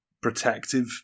protective